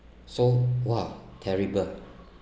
so !wah! terrible